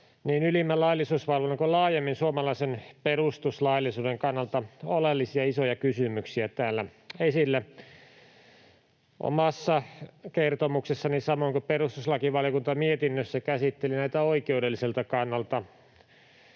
niin ylimmän laillisuusvalvonnan kuin laajemmin suomalaisen perustuslaillisuuden kannalta oleellisia isoja kysymyksiä. Omassa kertomuksessani käsittelin, samoin kuin perustuslakivaliokunta mietinnössään, näitä oikeudelliselta kannalta,